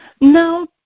No